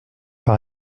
par